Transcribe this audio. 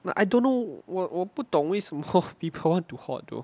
like I don't know 我我不懂为什么 people want to hoard though